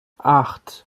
acht